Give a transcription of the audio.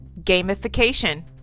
gamification